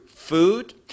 food